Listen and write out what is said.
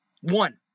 One